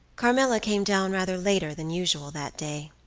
carmilla came down rather later than usual that day.